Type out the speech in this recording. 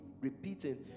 repeating